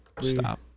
Stop